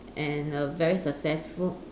and a very successful